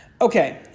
Okay